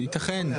ייתכן.